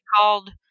called